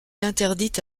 interdite